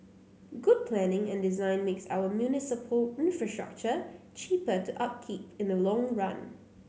good planning and design makes our municipal infrastructure cheaper to upkeep in the long run